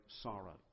sorrow